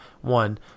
one